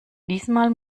diesmal